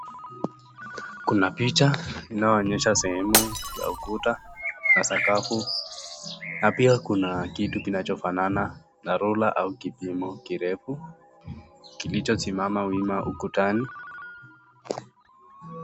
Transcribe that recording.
Kuna picha inaonyesha sehemu ya ukuta na sakafuni na pia Kuna kitu kirefu kilichi simama wima ukatani.